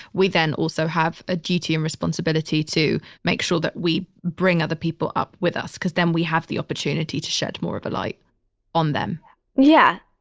we then also have a duty and responsibility to make sure that we bring other people up with us, because then we have the opportunity to shed more of a light on them yeah.